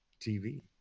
TV